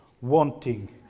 wanting